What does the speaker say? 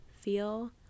feel